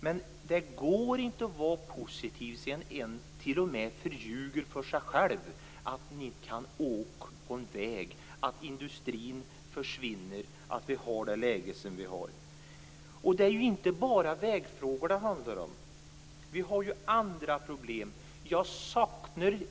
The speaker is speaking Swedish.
Men det går inte att vara positiv och ljuga för sig själv när man inte kan åka på en väg, när industrin försvinner och när vi har det läge som vi har. Det handlar ju inte bara om vägfrågor. Vi har andra problem också.